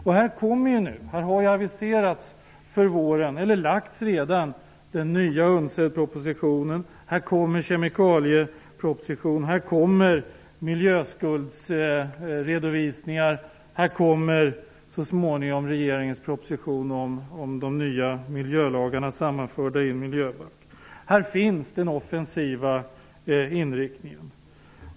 Den nya UNCED-propositionen har redan lagts fram. Nu kommer kemikaliepropositionen, miljöskuldsredovisningar och så småningom regeringens proposition om de nya miljölagarna sammanförda i en miljöbalk. Här finns den offensiva inriktningen.